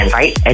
right